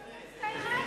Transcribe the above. למה לא הפצצת את האירנים?